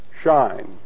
Shine